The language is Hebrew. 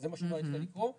שזה מה שנועה התחילה לקרוא.